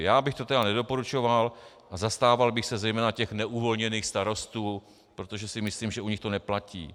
Já bych to tedy nedoporučoval a zastával bych se zejména těch neuvolněných starostů, protože si myslím, že u nich to neplatí.